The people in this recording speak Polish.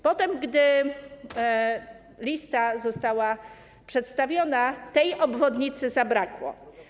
Potem, gdy lista została przedstawiona, tej obwodnicy zabrakło.